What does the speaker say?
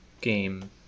game